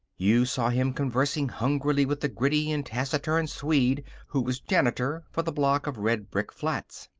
you saw him conversing hungrily with the gritty and taciturn swede who was janitor for the block of red-brick flats.